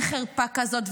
אין חרפה כזאת,